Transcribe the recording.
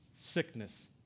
sickness